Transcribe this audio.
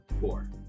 Four